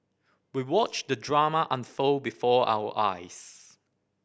we watched the drama unfold before our eyes